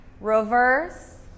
reverse